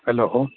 hello